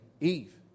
Eve